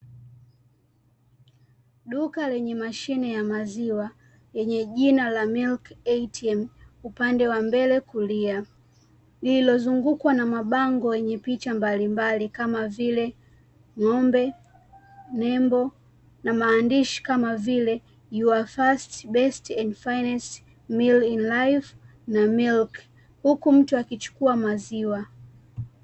Duka lenye mashine ya maziwa yenye jina la MILK ATM, upande wa mbele kulia, lililozungukwa na mabango yenye picha mbalimbali kama vile ng'ombe, nembo na maandishi kama vile, "Your first, best and finest meal in life", na "Milk", huku mtu akichukua maziwa.